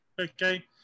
Okay